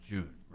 June